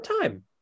time